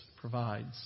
provides